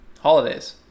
Holidays